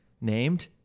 named